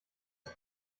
ist